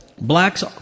Blacks